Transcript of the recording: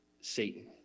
Satan